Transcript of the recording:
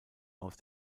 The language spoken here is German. aus